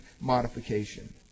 modification